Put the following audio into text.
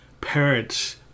parents